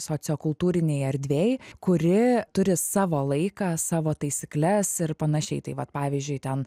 sociokultūrinėj erdvėj kuri turi savo laiką savo taisykles ir panašiai tai vat pavyzdžiui ten